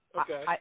Okay